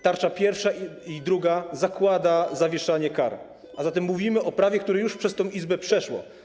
Tarcza pierwsza i druga zakłada zawieszanie kar, a zatem mówimy o prawie, które już przez tę Izbę przeszło.